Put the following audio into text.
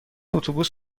اتوبوس